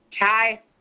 Hi